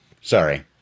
Sorry